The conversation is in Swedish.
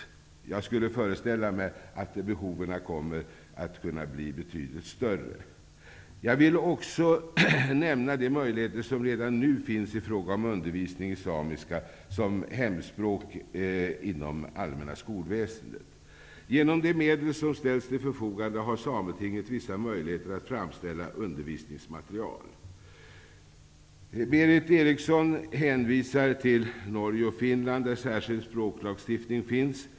Jag skulle kunna föreställa mig att behoven kommer att kunna bli betydligt större. Jag vill också nämna de möjligheter som redan nu finns i fråga om undervisning i samiska som hemspråk inom allmänna skolväsendet. Genom de medel som ställs till förfogande har Sametinget vissa möjligheter att framställa undervisningsmaterial. Berith Eriksson hänvisar till Norge och Finland, där särskild språklagstiftning finns.